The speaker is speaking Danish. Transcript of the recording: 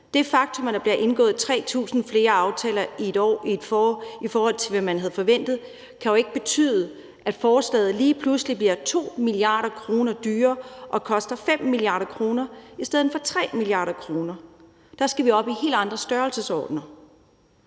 Det faktum, at der bliver indgået 3.000 flere aftaler i et år, i forhold til hvad man havde forventet, kan jo ikke betyde, at forslaget lige pludselig bliver 2 mia. kr. dyrere og koster 5 mia. kr. i stedet for 3 mia. kr. Der skal vi op i en helt anden størrelsesorden.